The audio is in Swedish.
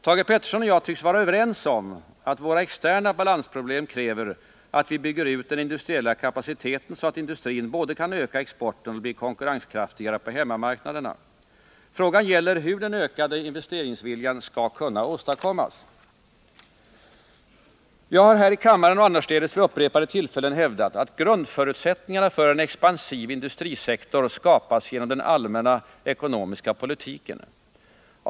Thage Peterson och jag tycks vara överens om att våra externa balansproblem kräver att vi bygger ut den industriella kapaciteten så att industrin både kan öka exporten och bli konkurrenskraftigare på hemmamarknaderna. Frågan gäller, hur den ökade investeringsviljan skall kunna åstadkommas. Fru talman! Jag har här i kammaren och annorstädes vid upprepade tillfällen hävdat att grundförutsättningarna för en expansiv industrisektor skapas genom den allmänna ekonomiska politiken.